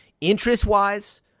interest-wise